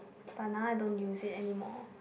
but now I don't use it anymore